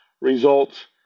results